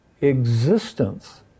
existence